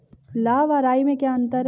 लाह व राई में क्या अंतर है?